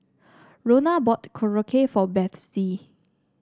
Rhona bought Korokke for Bethzy